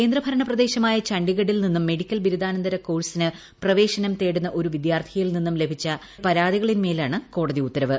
കേന്ദ്ര ഭരണ പ്രദേശമായ ഛണ്ഡീഗഡിൽ നിന്നും മെഡിക്കൽ ബിരുദാനന്തര കോഴ്സിന് പ്രവേശനം തേടുന്ന ഒരു വിദ്യാർത്ഥിയിൽ നിന്നും ലഭിച്ച പരാതികളിന്മേലാണ് കോടതി ഉത്തരവ്